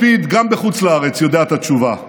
לפיד גם בחוץ לארץ יודע את התשובה: